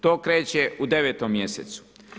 To kreće u 9. mjesecu.